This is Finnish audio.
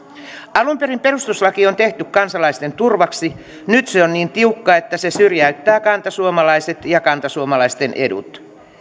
alun perin perustuslaki on tehty kansalaisten turvaksi nyt se on niin tiukka että se syrjäyttää kantasuomalaiset ja kantasuomalaisten edut